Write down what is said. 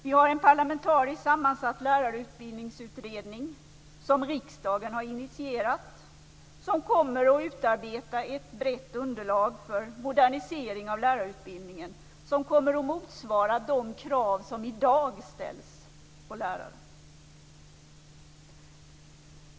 Vi har en parlamentariskt sammansatt lärarutbildningsutredning, som riksdagen har initierat, som kommer att utarbeta ett brett underlag för modernisering av lärarutbildningen. Den kommer därmed att motsvara de krav som i dag ställs på lärare.